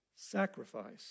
sacrifice